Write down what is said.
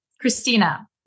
Christina